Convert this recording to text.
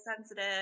sensitive